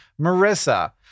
Marissa